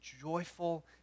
joyful